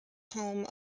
home